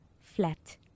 flat